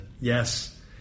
yes